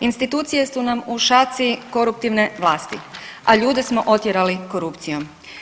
Institucije su nam u šaci koruptivne vlasti, a ljude smo otjerali korupcijom.